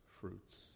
fruits